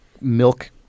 milk